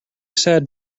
sad